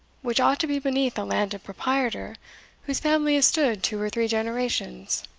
which ought to be beneath a landed proprietor whose family has stood two or three generations.